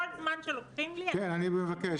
כל זמן שלוקחים לי -- אני מבקש.